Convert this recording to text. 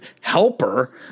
helper